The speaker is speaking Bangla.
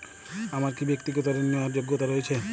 আমার কী ব্যাক্তিগত ঋণ নেওয়ার যোগ্যতা রয়েছে?